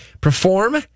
perform